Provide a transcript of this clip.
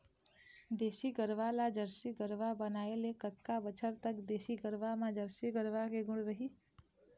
देसी गरवा ला जरसी गरवा बनाए ले कतका बछर तक देसी गरवा मा जरसी के गुण रही?